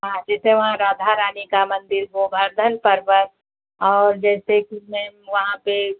हैँ जैसे वहाँ राधा रानी का मंदिर गोवर्धन पर्वत और जैसे कि मैम वहाँ पर